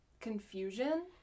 Confusion